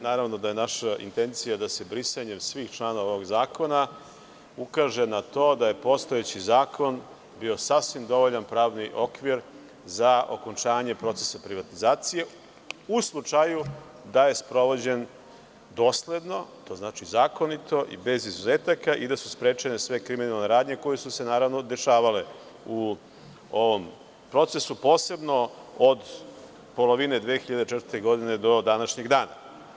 Naravno, da je naša intencija da se brisanjem svih članova ovog zakona ukaže na to da je postojeći zakon bio sasvim dovoljan pravni okvir za okončanje procesa privatizacije u slučaju da je sprovođen dosledno, to znači zakonito i bez izuzetaka i da su sprečene sve kriminalne radnje koje su se naravno dešavale u ovom procesu, posebno od polovine 2004. godine do današnjeg dana.